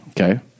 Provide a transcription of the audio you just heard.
Okay